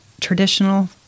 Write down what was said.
traditional